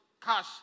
cash